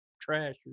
trash